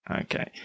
Okay